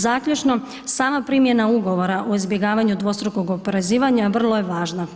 Zaključno, sama primjena ugovora o izbjegavanju dvostrukog oporezivanja vrlo je važna.